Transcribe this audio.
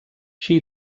així